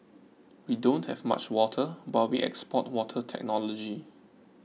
we don't have much water but we export water technology